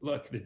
look to the